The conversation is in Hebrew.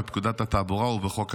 בפקודת התעבורה ובחוק הטיס,